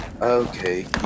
Okay